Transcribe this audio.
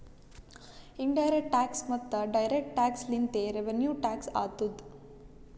in direct tax ಮತ್ತ direct tax ಲಿಂತೆ revenue tax ಆತ್ತುದ್